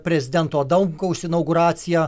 prezidento adamkaus inauguraciją